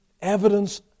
evidence